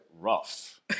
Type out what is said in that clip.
rough